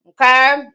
okay